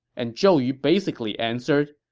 and zhou yu basically answered,